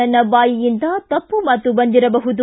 ನನ್ನ ಬಾಯಿಯಿಂದ ತಪ್ಪು ಮಾತು ಬಂದಿರಬಹುದು